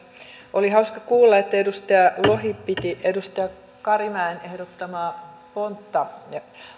oli hauska kuulla että edustaja lohi piti edustaja karimäen ehdottamaa pontta